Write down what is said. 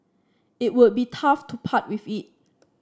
it would be tough to part with it